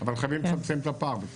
אבל חייבים לצמצם את הפער.